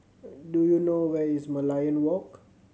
do you know where is Merlion Walk